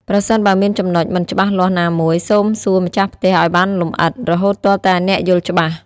ប្រសិនបើមានចំណុចមិនច្បាស់លាស់ណាមួយ សូមសួរម្ចាស់ផ្ទះឱ្យបានលម្អិត រហូតទាល់តែអ្នកយល់ច្បាស់។